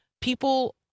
people